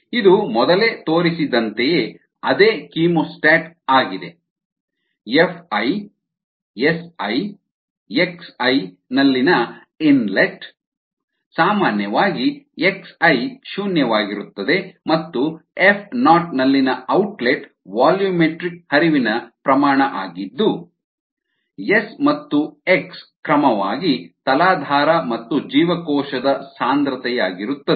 ಇದು ಮೊದಲೇ ತೋರಿಸಿದಂತೆಯೇ ಅದೇ ಕೀಮೋಸ್ಟಾಟ್ ಆಗಿದೆ F I S I X I ನಲ್ಲಿನ ಇನ್ಲೆಟ್ ಸಾಮಾನ್ಯವಾಗಿ ಎಕ್ಸ್ ಐ ಶೂನ್ಯವಾಗಿರುತ್ತದೆ ಮತ್ತು ಎಫ್ ನಾಟ್ ನಲ್ಲಿನ ಔಟ್ಲೆಟ್ ವಾಲ್ಯೂಮೆಟ್ರಿಕ್ ಹರಿವಿನ ಪ್ರಮಾಣ ಆಗಿದ್ದು ಎಸ್ ಮತ್ತು ಎಕ್ಸ್ ಕ್ರಮವಾಗಿ ತಲಾಧಾರ ಮತ್ತು ಜೀವಕೋಶದ ಸಾಂದ್ರತೆಯಾಗಿರುತ್ತದೆ